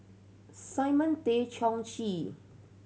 Simon Tay Seong Chee